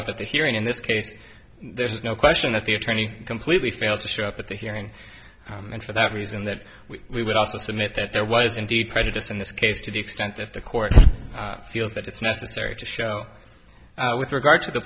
up at the hearing in this case there's no question that the attorney completely failed to show up at the hearing and for that reason that we would also submit that there was indeed prejudice in this case to the extent that the court feels that it's necessary to show with regard to the